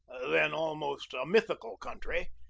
then almost a mythical country,